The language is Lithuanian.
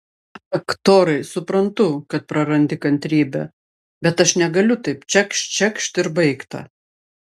ak torai suprantu kad prarandi kantrybę bet aš negaliu taip čekšt čekšt ir baigta